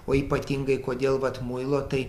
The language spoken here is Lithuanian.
o ypatingai kodėl vat muilo tai